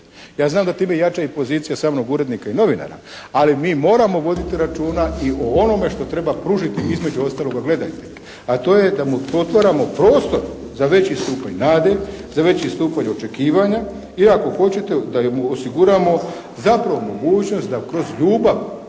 ja znam da time jača i pozicija samog urednika i novinara, ali mi moramo voditi računa i o onome što treba pružiti između ostaloga gledatelju, a to je da mu otvaramo prostor za veći stupanj nade, za veći stupanj očekivanja i ako hoćete da mu osiguramo zapravo mogućnost da kroz ljubav